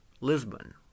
Lisbon